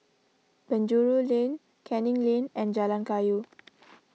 Penjuru Lane Canning Lane and Jalan Kayu